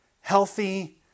Healthy